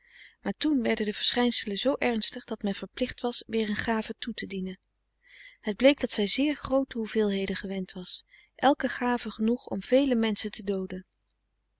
maar toen werden de verschijnselen zoo ernstig dat men verplicht was weer een gave toe te dienen het bleek dat zij zeer groote hoeveelheden gewend was elke gave genoeg om vele menschen te dooden